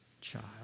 child